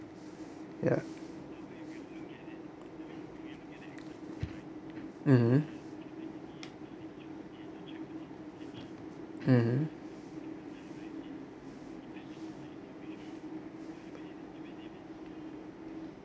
ya mmhmm mmhmm